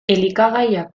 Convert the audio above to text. elikagaiak